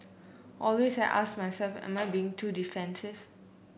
always I ask myself am I being too defensive